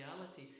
reality